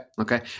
Okay